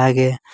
ಹಾಗೆ